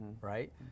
right